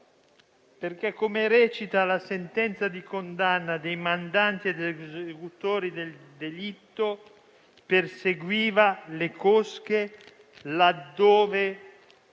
Perché - come recita la sentenza di condanna dei mandanti ed esecutori del delitto - «perseguiva le cosche (...)